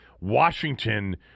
Washington